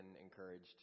encouraged